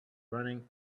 running